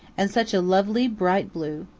and such a lovely bright blue.